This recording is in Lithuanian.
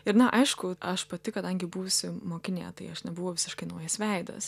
ir na aišku aš pati kadangi buvusi mokinė tai aš nebuvau visiškai naujas veidas